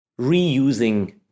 reusing